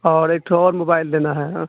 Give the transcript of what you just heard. اور ایک ٹھو اور موبائل لینا ہے